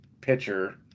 pitcher